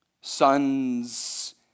sons